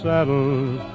Saddles